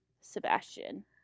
Sebastian